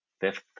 fifth